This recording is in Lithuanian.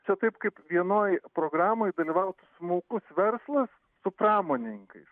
čia taip kaip vienoj programoj dalyvautų smulkus verslas su pramonininkais